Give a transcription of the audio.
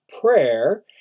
prayer